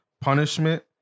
punishment